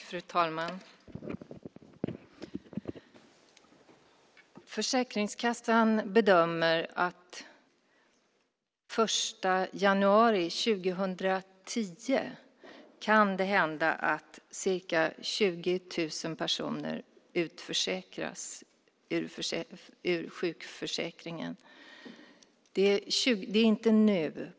Fru talman! Försäkringskassan bedömer att ca 20 000 personer kommer att utförsäkras från sjukförsäkringen den 1 januari 2010. Det är inte nu.